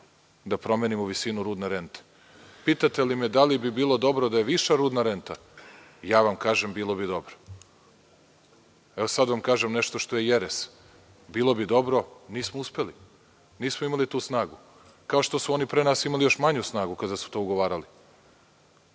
da promenimo visinu rudne rente. Pitate li me da li bi bilo dobro da je viša rudna renta? Kažem vam bilo bi dobro. Sad vam kažem nešto što je jeres, bilo bi dobro, nismo uspeli. Nismo imali tu snagu, kao što su oni pre nas imali još manju snagu kada su to ugovarali.